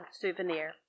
souvenir